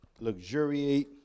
Luxuriate